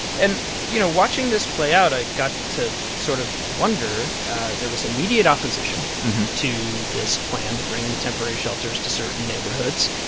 and, you know, watching this play out, i got to sort of wonder there was immediate opposition to this plan to bring the temporary shelters to certain neighborhoods.